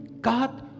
God